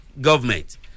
government